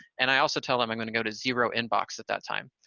and i also tell them i'm going to go to zero inbox at that time,